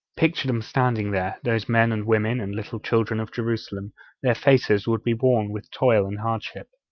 picture them standing there, those men and women and little children of jerusalem their faces would be worn with toil and hardship.